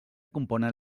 componen